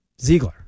Ziegler